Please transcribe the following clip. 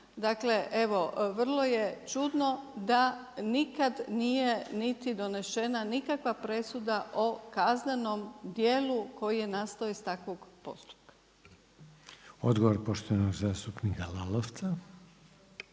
Dakle evo vrlo je čudno da nikada nije niti donešena nikakva presuda o kaznenom djelu koji je nastao iz takvog postupka. **Reiner, Željko (HDZ)** Hvala.